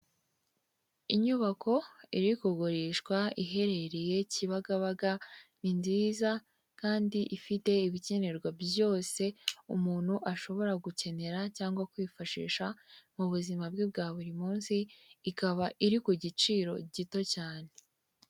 Inyubako iri kugurishwa iherereye Kibagabaga ni nziza kandi ifite ibikenerwa byose umuntu ashobora gukenera cyangwa kwifashisha mu buzima bwe bwa buri munsi ikaba iri ku giciro gito cyane.